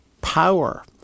power